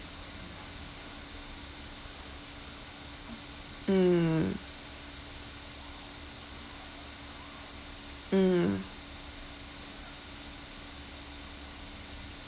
mm mhm